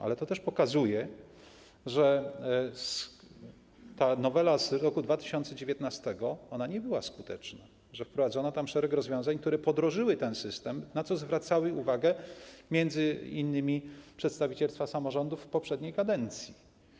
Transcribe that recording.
Ale to też pokazuje, że nowela z roku 2019 nie była skuteczna, że wprowadzono tam szereg rozwiązań, które podrożyły ten system, na co zwracały uwagę m.in. przedstawicielstwa samorządów w poprzedniej kadencji.